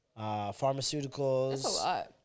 pharmaceuticals